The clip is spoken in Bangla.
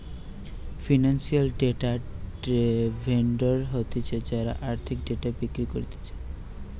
ফিনান্সিয়াল ডেটা ভেন্ডর হতিছে যারা আর্থিক ডেটা বিক্রি করতিছে